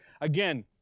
Again